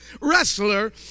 wrestler